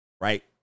right